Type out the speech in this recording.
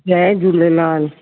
Jay Jhulelal